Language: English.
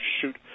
shoot